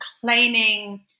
claiming